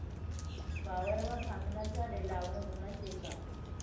वावरमा भांगना झाडे लावनं गुन्हा शे का?